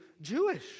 Jewish